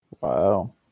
Wow